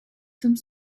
some